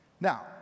Now